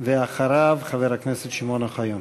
ואחריו, חבר הכנסת שמעון אוחיון.